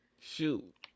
Shoot